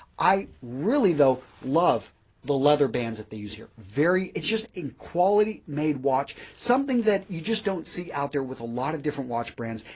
i really though love the leather bands that they use here, very it's just a quality made watch, something that you just don't see out there with a lot of different watch brands.